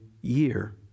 year